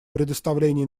предоставление